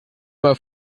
mal